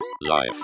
Life